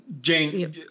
Jane